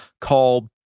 called